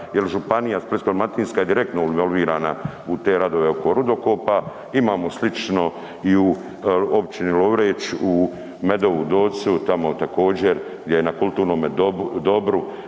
županija Splitsko-dalmatinska je direktno evolvirana u te radove oko rudokopa. Imamo slično i u općini Lovreč, u Medovu Docu, tamo također gdje je na kulturnome dobru